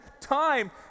time